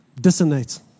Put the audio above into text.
Dissonate